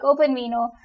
OpenVINO